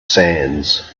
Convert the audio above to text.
sands